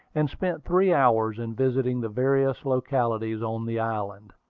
and spent three hours in visiting the various localities on the island.